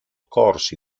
corsi